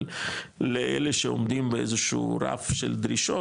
אבל לאלה שעומדים באיזשהו רף של דרישות,